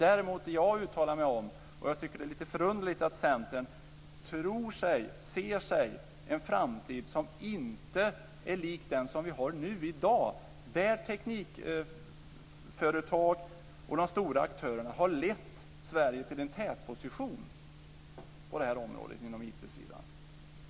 Däremot tycker jag att det är lite underligt att Centern tror sig se en framtid som inte är lik den situation som vi har i dag där teknikföretag och de stora aktörerna har lett Sverige till en tätposition på det här området inom IT-sidan.